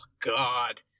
God